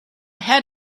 had